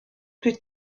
plus